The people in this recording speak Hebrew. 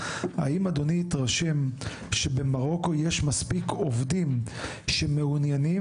האם אדוני התרשם שבמרוקו יש מספיק עובדים שמעוניינים